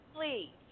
please